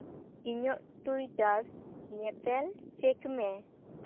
ᱤᱧᱟᱹᱜ ᱴᱩᱭᱴᱟᱨ ᱧᱮᱛᱮᱞ ᱪᱮᱠ ᱢᱮ